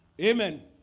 Amen